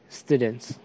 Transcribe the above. students